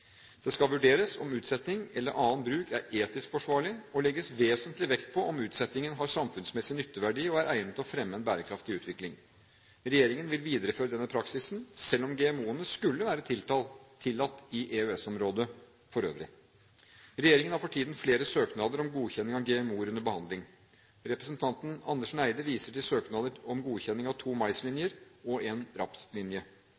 Det skal vurderes om utsetting eller annen bruk er etisk forsvarlig, og det skal legges vesentlig vekt på om utsettingen har samfunnsmessig nytteverdi og er egnet til å fremme en bærekraftig utvikling. Regjeringen vil videreføre denne praksisen selv om GMO-ene skulle være tillatt i EØS-området for øvrig. Regjeringen har for tiden flere søknader om godkjenning av GMO-er under behandling. Representanten Andersen Eide viser til søknader om godkjenning av to